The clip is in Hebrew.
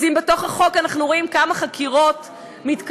אז אם בתוך החוק אנחנו רואים כמה חקירות מתקיימות,